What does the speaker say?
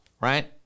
right